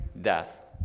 death